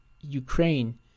Ukraine